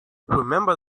remember